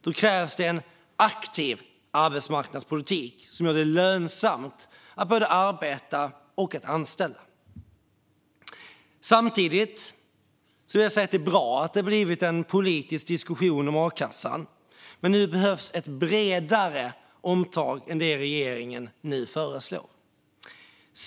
Då krävs det en aktiv arbetsmarknadspolitik som gör det lönsamt att både arbeta och att anställa. Samtidigt vill jag säga att det är bra att det har blivit en politisk diskussion om a-kassan, men det behövs ett bredare omtag än det regeringen nu föreslår.